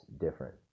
different